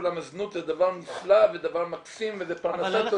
למה זנות זה דבר נפלא וזה דבר מקסים וזה פרנסה טובה.